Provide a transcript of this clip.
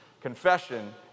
Confession